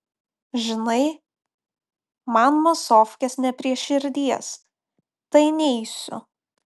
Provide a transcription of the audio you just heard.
žinai man masofkės ne prie širdies tai neisiu